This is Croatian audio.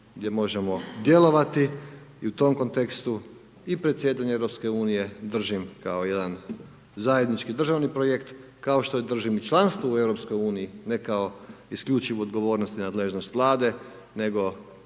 gdje možemo djelovati i u tom kontekstu i predsjedanje Europske unije držim kao jedan zajednički državni projekt kao što držim i članstvo u Europskoj uniji, ne kao isključivu odgovornost i nadležnost Vlade, nego